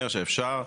אני יוצאת מגדרי,